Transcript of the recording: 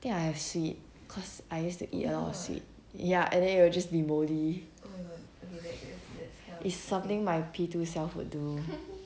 then I think have sweet cause I used to eat a lot of sweet ya and then it'll then be moldy it's something my P two self would do